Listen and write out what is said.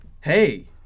Hey